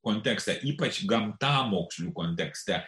kontekste ypač gamtamokslių kontekste